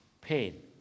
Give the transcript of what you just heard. Pain